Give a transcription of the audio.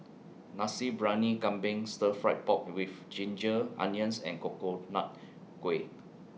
Nasi Briyani Kambing Stir Fried Pork with Ginger Onions and Coconut Kuih